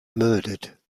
murdered